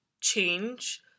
change